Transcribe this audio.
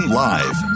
live